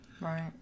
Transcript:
Right